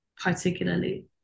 particularly